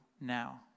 now